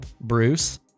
Bruce